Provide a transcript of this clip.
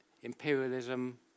imperialism